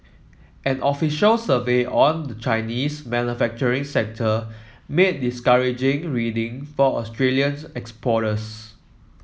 an official survey on the Chinese manufacturing sector made discouraging reading for Australians exporters